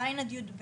ז' עד י"ב,